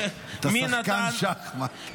אתה שחקן שחמט.